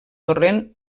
torrent